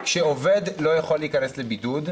כשעובד יודע שהוא לא יכול להיכנס לבידוד,